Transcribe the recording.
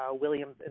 Williams